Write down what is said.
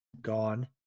gone